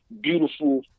beautiful